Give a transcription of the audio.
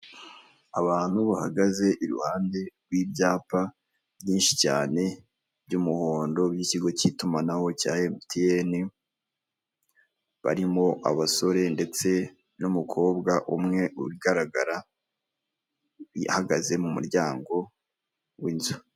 Abantu bahagaze iruhande rw'ibyapa byinshi cyane by'umuhondo by'ikigo k'itumanaho cya emutiyene barimo abasore ndetse n'umukobwa umwe ugaragara yahagaze mu muryango w'inzu.